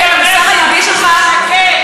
המוסר היהודי אומר שאסור לשקר.